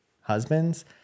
husbands